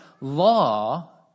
law